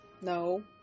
No